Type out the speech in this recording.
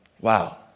Wow